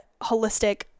holistic